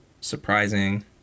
surprising